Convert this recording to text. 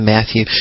Matthew